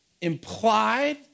implied